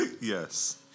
Yes